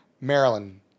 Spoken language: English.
Maryland